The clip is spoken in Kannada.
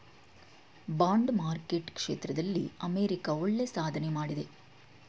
ಬಾಂಡ್ ಮಾರ್ಕೆಟ್ ಕ್ಷೇತ್ರದಲ್ಲಿ ಅಮೆರಿಕ ಒಳ್ಳೆಯ ಸಾಧನೆ ಮಾಡಿದೆ